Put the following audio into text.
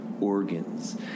organs